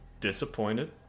disappointed